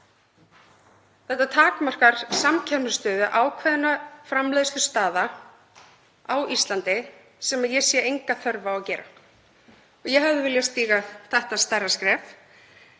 Þetta takmarkar samkeppnisstöðu ákveðinna framleiðslustaða á Íslandi sem ég sé enga þörf á að gera og ég hefði viljað stíga þetta stærra skref.